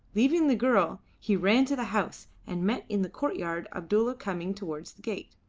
leaving the girl he ran to the house, and met in the courtyard abdulla coming towards the gate.